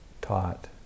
taught